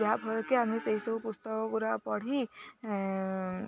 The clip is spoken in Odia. ଯାହାଫଳରେକିି ଆମେ ସେଇସବୁ ପୁସ୍ତକ ଗୁରା ପଢ଼ି